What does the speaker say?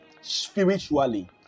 spiritually